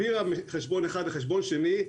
היא העבירה מחשבון אחד לחשבון שני.